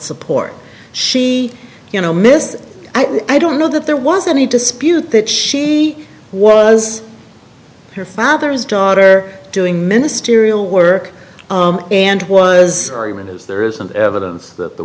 support she you know miss i don't know that there was any dispute that she was her father's daughter doing ministerial work and was or even is there isn't evidence that the